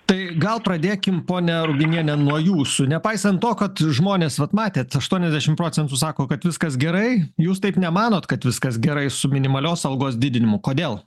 tai gal pradėkim ponia ruginiene nuo jūsų nepaisant to kad žmonės vat matėt aštuoniasdešimt procentų sako kad viskas gerai jūs taip nemanot kad viskas gerai su minimalios algos didinimu kodėl